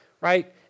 right